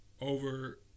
over